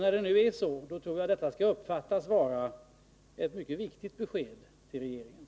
När det nu är så, kan detta uppfattas vara ett mycket viktigt besked till regeringen.